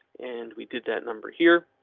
and we did that number here.